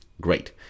Great